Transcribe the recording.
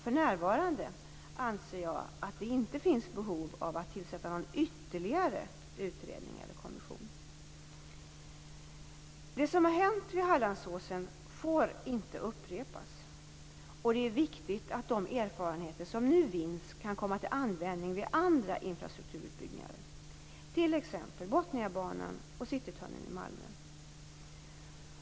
För närvarande anser jag att det inte finns behov av att tillsätta någon ytterligare utredning eller kommission. Det som har hänt vid Hallandsåsen får inte upprepas, och det är viktigt att de erfarenheter som nu vinns kan komma till användning vid andra infrastrukturutbyggnader, t.ex. Botniabanan och Citytunneln i Malmö.